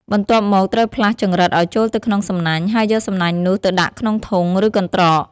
បន្ទាប់មក ត្រូវផ្លាស់ចង្រិតឲ្យចូលទៅក្នុងសំណាញ់ ហើយយកសំណាញ់នោះទៅដាក់ក្នុងធុង ឬកន្ត្រក។